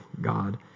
God